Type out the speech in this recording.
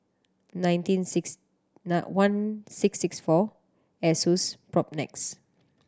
nineteen six nine one six six four Asus Propnex